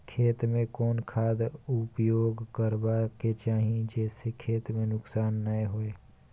खेत में कोन खाद उपयोग करबा के चाही जे स खेत में नुकसान नैय होय?